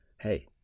hey